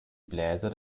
bläser